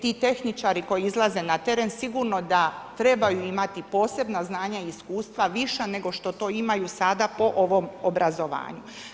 Ti tehničar koji izlaze na teren sigurno da trebaju imati posebna znanja i iskustva viša nego što to imaju sada po ovom obrazovanju.